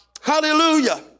hallelujah